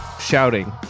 shouting